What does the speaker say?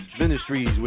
Ministries